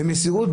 במסירות,